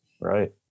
Right